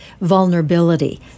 vulnerability